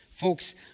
Folks